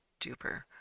duper